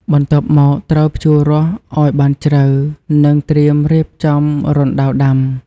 បន្ទាប់មក ត្រូវភ្ជួររាស់ឱ្យបានជ្រៅ និងត្រៀមរៀបចំរណ្តៅដាំ។